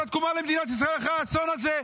התקומה למדינת ישראל אחרי האסון הזה,